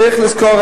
צריך לזכור,